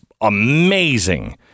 amazing